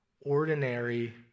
ordinary